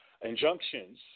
injunctions